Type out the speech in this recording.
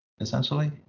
essentially